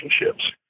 relationships